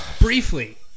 briefly